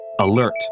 Alert